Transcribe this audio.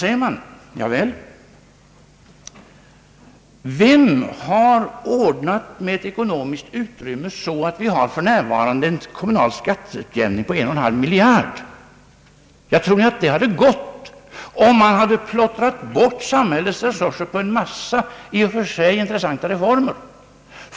Ja, vem har ordnat med ekonomiskt utrymme så att vi för närvarande har en skatteutjämning på en och en halv miljard kronor? Tror ni att det hade gått, om man hade plottrat bort samhällets resurser på en massa i och för sig intressanta reformer?